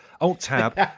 Alt-Tab